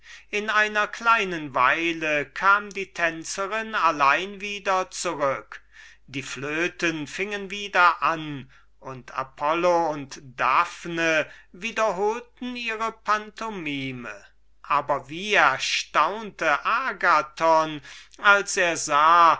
in einer kleinen weile kam die tänzerin allein wieder zurück die flöten fingen wieder an und apollo und daphne wiederholten ihre pantomime aber wie erstaunte agathon als er sah